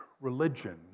religion